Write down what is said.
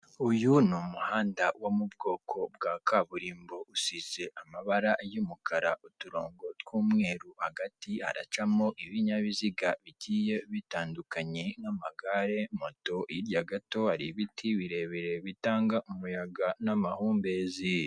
Uyu ni umuhanda wo mu bwoko bwa kaburimbo, usize amabara y'umukara, uturongo tw'umweru, hagati aracamo ibinyabiziga bigiye bitandukanye, nk'amagare, moto, hirya gato hari ibiti birebire, bitanga umuyaga n'amahumbezi.